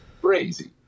crazy